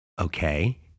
Okay